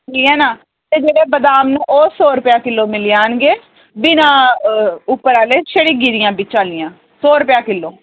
ठीक ऐ न ते जेह्ड़े बदाम न ओह् सौ रपेआ किल्लो मिली जान गे बिना उप्पर आह्ले छड़ियां गिरियां बिच्चा आह्लियां सौ रपेआ किल्लो